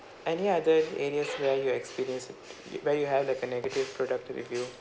and ya the areas where you experience where you have like a negative product review